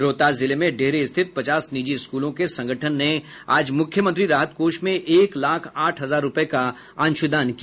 रोहतास जिले में डिहरी स्थित पचास निजी स्कूलों के संगठन ने आज मुख्यमंत्री राहत कोष में एक लाख आठ हजार रूपये का अंशदान किया